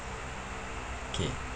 okay